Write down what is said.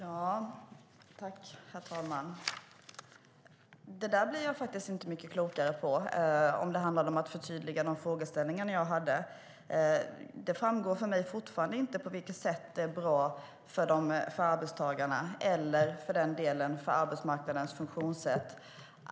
Herr talman! Det där blev jag inte mycket klokare av om det handlade om att förtydliga de frågeställningar jag hade. Det framgår fortfarande inte för mig på vilket sätt detta är bra för arbetstagarna eller, för den delen, för arbetsmarknadens funktionssätt.